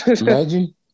Imagine